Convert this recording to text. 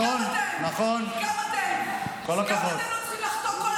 גם אתם צריכים.